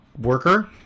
worker